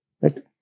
Right